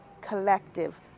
collective